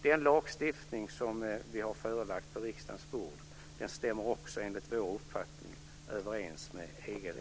Den lagstiftning som vi har förelagt riksdagen stämmer också överens med EG-rätten, enligt vår uppfattning.